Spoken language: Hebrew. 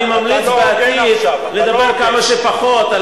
אני ממליץ בעתיד לדבר כמה שפחות על